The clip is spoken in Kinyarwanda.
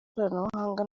ikoranabuhanga